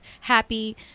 happy